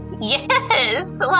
Yes